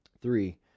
Three